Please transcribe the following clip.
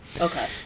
Okay